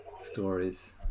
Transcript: stories